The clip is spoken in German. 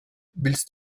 willst